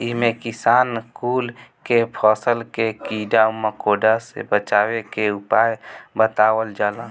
इमे किसान कुल के फसल के कीड़ा मकोड़ा से बचावे के उपाय बतावल जाला